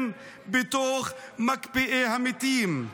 הם בתוך מקפיאי המתים.